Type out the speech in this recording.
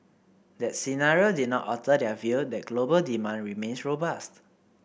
that scenario did not alter their view that global demand remains robust